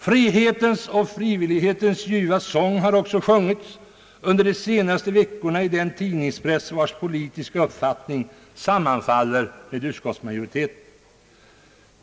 Frihetens och frivillighetens ljuva sång har också sjungits under de senaste veckorna i den tidningspress, vars politiska — uppfattning sammanfaller med utskottsmajoritetens.